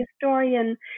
historian